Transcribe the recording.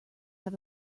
have